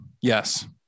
Yes